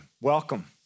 welcome